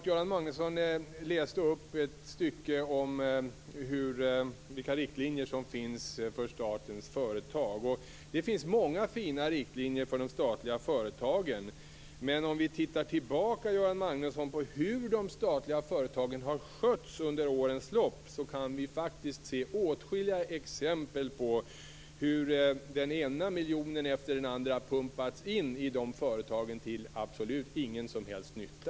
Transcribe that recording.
Göran Magnusson läste upp ett stycke om vilka riktlinjer det finns för statens företag. Det finns många fina riktlinjer för de statliga företagen. Men om vi tittar tillbaka på hur de statliga företagen har skötts under årens lopp, kan vi faktiskt se åtskilliga exempel på hur den ena miljonen efter den andra har pumpats in i de företagen till absolut ingen som helst nytta.